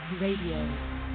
Radio